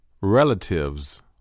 relatives